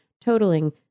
totaling